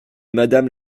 madame